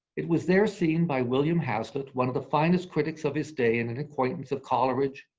it was there seen by william hazlitt, one of the finest critics of his day, and an acquaintance of coleridge,